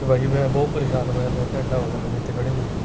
ਭਾਅ ਜੀ ਮੈਂ ਬਹੁਤ ਪਰੇਸ਼ਾਨ ਹੋਇਆ ਪਿਆ ਘੰਟਾ ਹੋ ਗਿਆ ਮੈਨੂੰ ਇੱਥੇ ਖੜ੍ਹੇ ਨੂੰ ਜੀ